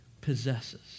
possesses